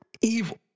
Evil